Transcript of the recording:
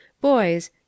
boys